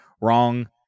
wrong